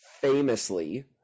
famously